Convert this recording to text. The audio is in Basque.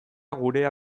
gurea